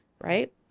right